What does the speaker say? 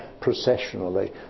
processionally